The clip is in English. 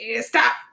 stop